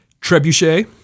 Trebuchet